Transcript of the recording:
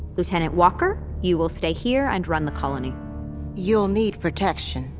lieutenant walker, you will stay here and run the colony you'll need protection.